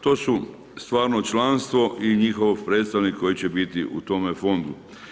To su stvarno članstvo i njihov predstavnik koji se biti u tome fondu.